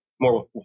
More